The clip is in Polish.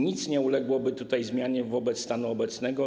Nic nie uległoby tutaj zmianie wobec stanu obecnego.